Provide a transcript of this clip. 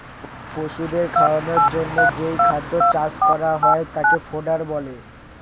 পশুদের খাওয়ানোর জন্যে যেই খাদ্য চাষ করা হয় তাকে ফডার বলে